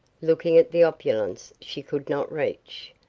looking at the opulence she could not reach.